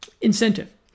Incentive